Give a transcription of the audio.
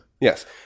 Yes